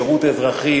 שירות אזרחי,